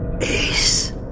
Ace